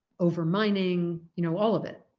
over-mining, you know all of it.